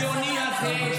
מחיר למשתכן, עובד מדינה.